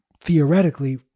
theoretically